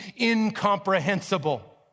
incomprehensible